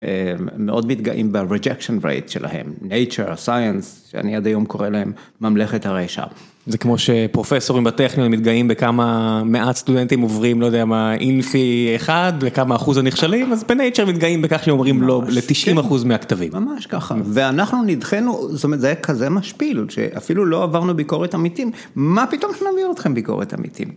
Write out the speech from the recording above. מאוד מתגאים ב-rejection rate שלהם, Nature, Science, שאני עד היום קורא להם ממלכת הרשע. זה כמו שפרופסורים בטכניון מתגאים בכמה, מעט סטודנטים עוברים לא יודע מה אינפי 1 לכמה אחוז הנכשלים, אז ב-Nature מתגאים בכך שאומרים לא, ל-90% מהכתבים. ממש ככה. ואנחנו נדחנו, זאת אומרת זה היה כזה משפעיל שאפילו לא עברנו ביקורת עמיתים, מה פתאום שנמיר אתכם ביקורת עמיתים?